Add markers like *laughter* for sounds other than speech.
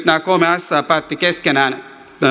*unintelligible* nämä kolme sää päättivät keskenään